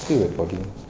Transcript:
still recording